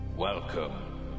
Welcome